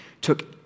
took